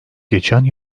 geçen